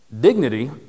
Dignity